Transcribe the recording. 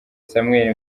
samuel